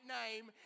name